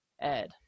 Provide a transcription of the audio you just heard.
Ed